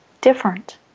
different